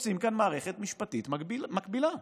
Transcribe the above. רוצים כאן מערכת משפטית מקבילה.